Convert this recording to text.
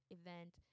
event